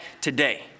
today